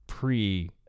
Pre